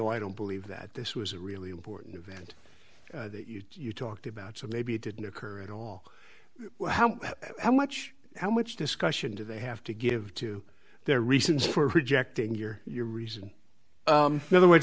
oh i don't believe that this was a really important event that you talked about so maybe it didn't occur at all how much how much discussion do they have to give to their reasons for rejecting your your reason other